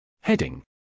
Heading